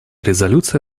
резолюция